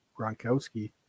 Gronkowski